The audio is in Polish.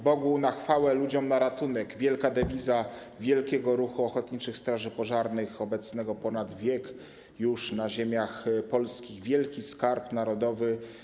Bogu na chwałę, ludziom na ratunek - wielka dewiza wielkiego ruchu ochotniczych straży pożarnych obecnego już ponad wiek na ziemiach polskich, wielki skarb narodowy.